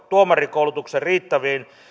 tuomarikoulutuksen riittävistä